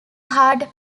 hard